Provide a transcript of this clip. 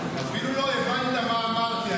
אפילו לא הבנת מה אמרתי.